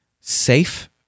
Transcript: Safe